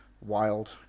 wild